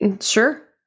Sure